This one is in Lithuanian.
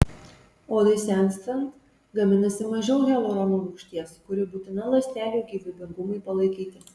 odai senstant gaminasi mažiau hialurono rūgšties kuri būtina ląstelių gyvybingumui palaikyti